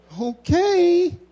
Okay